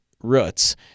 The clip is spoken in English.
roots